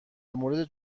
مورد